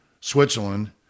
Switzerland